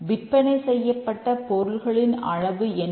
விற்பனை செய்யப்பட்ட பொருள்களின் அளவு என்ன